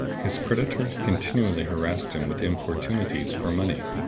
his creditors continually harassed him with importunities for money,